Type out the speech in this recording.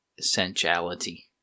essentiality